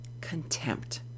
contempt